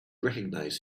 recognize